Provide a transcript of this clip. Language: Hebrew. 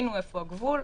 הבינו איפה הגבול,